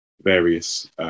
various